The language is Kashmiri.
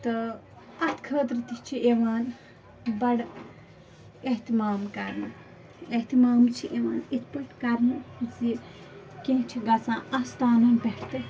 تہٕ اَتھ خٲطرٕ تہِ چھِ یِوان بَڑٕ احتمام کرنہٕ احتمام چھِ یِوان یِتھ پٲٹھۍ کرنہٕ زِ کیٚنہہ چھِ گژھان اَستانَن پٮ۪ٹھ تہِ